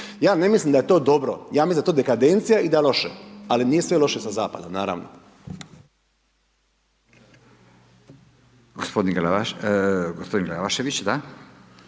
Ja ne mislim da je to dobro, ja mislim da je to dekadencija i daje loše, ali nije sve loše sa zapada naravno. **Radin,